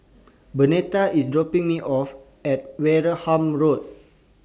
Bernetta IS dropping Me off At Wareham Road